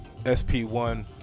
sp1